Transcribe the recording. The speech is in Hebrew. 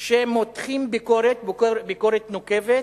שמותחים ביקורת נוקבת